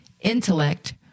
intellect